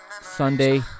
Sunday